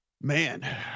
Man